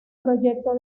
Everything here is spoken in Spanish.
proyecto